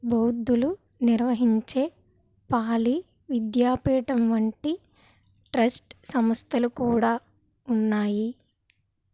బౌద్ధులు నిర్వహించే పాలీ విద్యాపీఠం వంటి ట్రస్ట్ సంస్థలు కూడా ఉన్నాయి